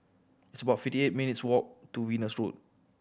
it's about fifty eight minutes' walk to Venus Road